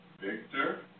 Victor